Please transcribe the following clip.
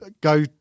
go